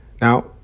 Now